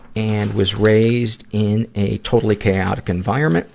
and was raised in a totally chaotic environment